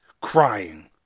crying